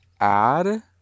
add